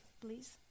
please